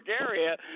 area